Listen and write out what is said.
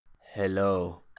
Hello